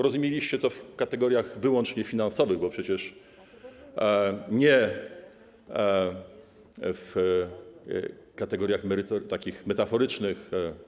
Rozumieliście to w kategoriach wyłącznie finansowych, bo przecież nie w kategoriach metaforycznych.